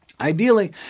Ideally